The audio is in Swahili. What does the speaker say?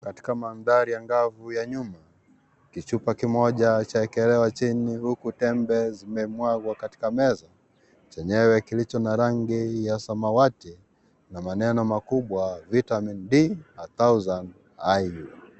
Katika mandhari ya angavu ya nyumba kichupa kimoja chaekelea chini huku tembe zimemwagwa katika meza chenyewe kilicho na rangi ya samawati na maneno makubwa vitamin d 1000 iu .